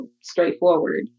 straightforward